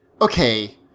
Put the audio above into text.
okay